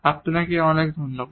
আপনাকে অনেক ধন্যবাদ